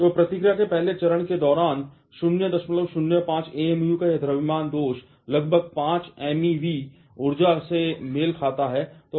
तो प्रतिक्रिया के पहले चरण के दौरान 005 AMU का यह द्रव्यमान दोष लगभग 5 MeV ऊर्जा से मेल खाता है